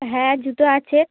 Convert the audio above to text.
হ্যাঁ জুতো আছে